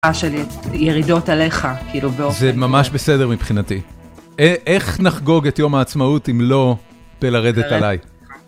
של ירידות עליך, כאילו באופן... זה ממש בסדר מבחינתי. איך נחגוג את יום העצמאות אם לא בלרדת עליי?